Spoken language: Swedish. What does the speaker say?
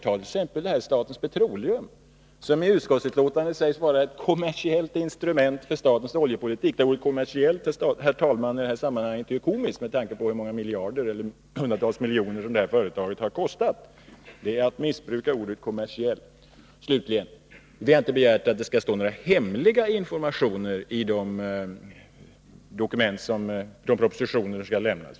Ett exempel: Svenska Petroleum sägs i utskottsbetänkandet vara ett kommersiellt instrument för statens oljepolitik. Men ordet ”kommersiellt” är ju i det här sammanhanget komiskt, med tanke på hur många hundratals miljoner som det företaget kostat. Detta är att missbruka ordet ”kommersiellt”. Slutligen: Vi har inte begärt att det skall stå några hemliga informationer i de propositioner som lämnas.